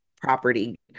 property